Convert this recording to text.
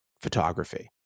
photography